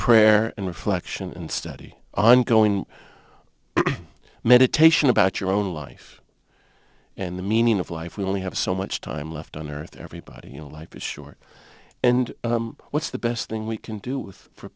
prayer and reflection and study ongoing meditation about your own life and the meaning of life we only have so much time left on earth everybody you know life is short and what's the best thing we can do with for